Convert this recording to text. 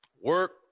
Work